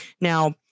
Now